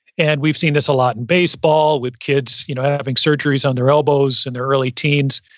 and we've seen this a lot in baseball, with kids you know having surgeries on their elbows in their early teens,